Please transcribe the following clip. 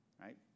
right